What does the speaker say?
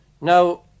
Now